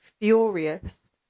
furious